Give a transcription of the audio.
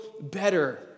better